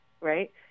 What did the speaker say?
right